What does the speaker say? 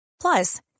Plus